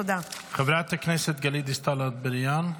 חברת הכנסת גלית דיסטל אטבריאן,